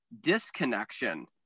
disconnection